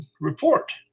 report